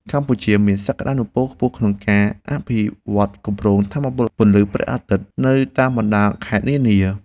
កម្ពុជាមានសក្តានុពលខ្ពស់ក្នុងការអភិវឌ្ឍគម្រោងថាមពលពន្លឺព្រះអាទិត្យនៅតាមបណ្តាខេត្តនានា។